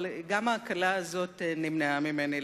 אבל גם ההקלה הזאת נמנעה ממני,